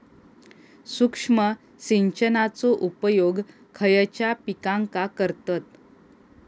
सूक्ष्म सिंचनाचो उपयोग खयच्या पिकांका करतत?